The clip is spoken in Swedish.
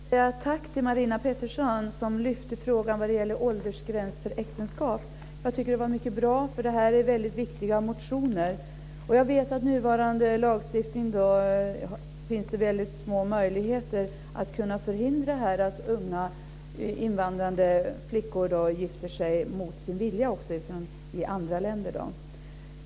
Fru talman! Jag vill säga tack till Marina Pettersson som lyfte frågan om åldersgräns för äktenskap. Jag tycker att det är mycket bra, för det här är väldigt viktiga motioner. Jag vet att med nuvarande lagstiftning finns det väldigt små möjligheter att förhindra att unga invandrade kvinnor gifter sig i andra länder mot sin vilja.